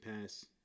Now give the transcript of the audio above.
pass